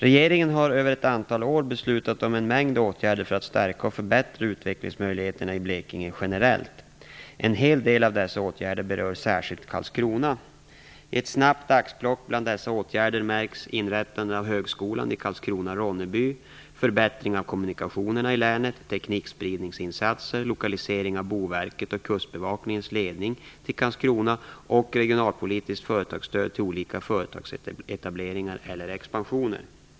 Regeringen har över ett antal år beslutat om en mängd åtgärder för att stärka och förbättra utvecklingsmöjligheterna i Blekinge generellt. En hel del av dessa åtgärder berör särskilt Karlskrona. I ett snabbt axplock bland dessa åtgärder märks inrättandet av högskolan i Karlskrona/Ronneby, förbättring av kommunikationerna i länet, teknikspridningsinsatser, lokalisering av Boverket och Kustbevakningens ledning till Karlskrona och regionalpolitiskt företagsstöd till olika företagsetableringar eller expansioner.